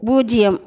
பூஜ்யம்